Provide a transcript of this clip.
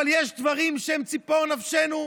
אבל יש דברים שהם ציפור נפשנו,